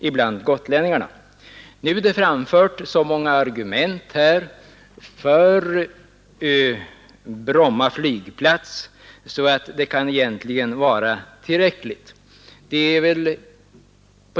I debatten har det framförts så många argument för Bromma flygplats att fler är obehövliga.